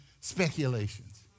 speculations